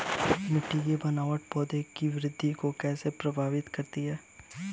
मिट्टी की बनावट पौधों की वृद्धि को कैसे प्रभावित करती है?